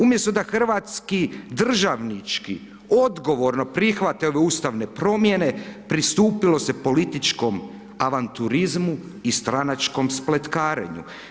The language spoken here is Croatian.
Umjesto da hrvatski državnici odgovorno prihvate ove ustavne promjene, pristupilo se političkom avanturizmu i stranačkom spletkarenju.